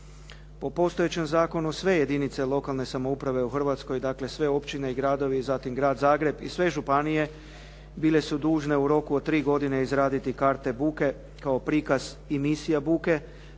Po postojećem zakonu sve jedinice lokalne samouprave u Hrvatskoj, dakle sve općine i gradovi, zatim Grad Zagreb i sve županije bile su dužne u roku od 3 godine izraditi karte buke kao prikaz i misija buke,